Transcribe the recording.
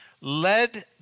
led